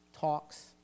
talks